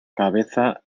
cabeza